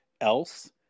else